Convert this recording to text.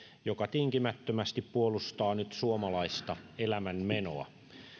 joka tinkimättömästi puolustaa nyt suomalaista elämänmenoa